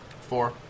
Four